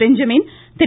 Benjamin Thiru